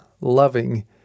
loving